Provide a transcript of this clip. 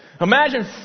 Imagine